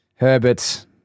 Herbert